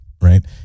Right